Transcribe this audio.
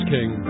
King